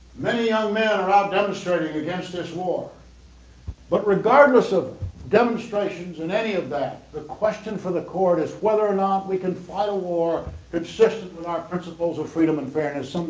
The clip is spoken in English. many young men are um demonstrating against this war but regardless of demonstrations in any of that the question for the court is whether or not we can fight a war consistent with our principles of freedom and fairness,